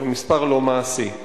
זה מספר לא מעשי,